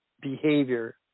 behavior